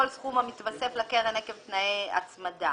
כל סכום המתווסף לקרן עקב תנאי הצמדה.